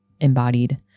embodied